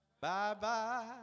Bye-bye